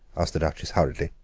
asked the duchess hurriedly.